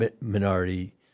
minority